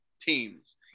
teams